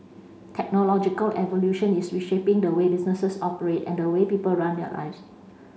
technological evolution is reshaping the way businesses operate and the way people run their lives